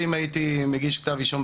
משאבות המים,